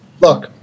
look